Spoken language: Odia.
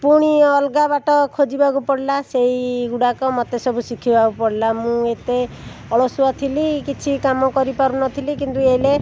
ପୁଣି ଅଲଗା ବାଟ ଖୋଜିବାକୁ ପଡ଼ିଲା ସେଇ ଗୁଡ଼ାକ ମୋତେ ସବୁ ଶିଖିବାକୁ ପଡ଼ିଲା ମୁଁ ଏତେ ଅଳସୁଆ ଥିଲି କିଛି କାମ କରିପାରୁନଥିଲି କିନ୍ତୁ ଏଇନେ